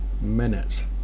minutes